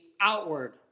outward